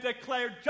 declared